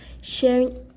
sharing